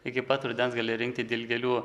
iki pat rudens gali rinkti dilgėlių